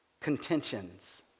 contentions